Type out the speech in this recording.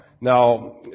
Now